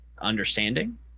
understanding